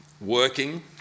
working